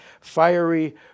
fiery